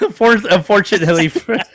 Unfortunately